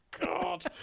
God